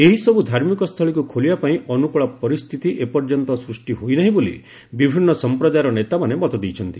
ଏହିସବୁ ଧାର୍ମିକ ସ୍ଥଳୀକୁ ଖୋଲିବା ପାଇଁ ଅନୁକୂଳ ପରିସ୍ଥିତି ଏପର୍ଯ୍ୟନ୍ତ ସୃଷ୍ଟି ହୋଇନାହିଁ ବୋଲି ବିଭିନ୍ନ ସଂପ୍ରଦାୟର ନେତାମାନେ ମତ ଦେଇଛନ୍ତି